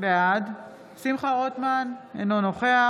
בעד שמחה רוטמן, אינו נוכח